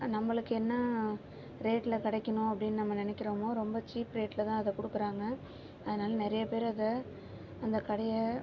நம்மளுக்கு என்ன ரேட்ல கிடைக்கணும் அப்படின்னு நம்ம நினைக்கிறோமோ ரொம்ப சீப் ரேட்ல தான் அதை கொடுக்குறாங்க அதனால் நிறையா பேர் அதை அந்த கடையை